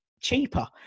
Cheaper